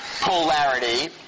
polarity